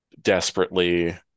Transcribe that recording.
desperately